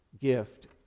gift